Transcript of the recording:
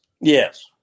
Yes